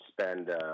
spend